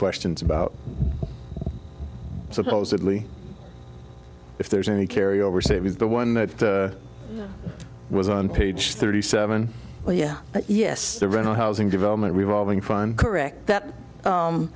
questions about supposedly if there's any carry over savings the one that was on page thirty seven well yeah but yes the rental housing development revolving fun correct that